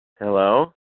Hello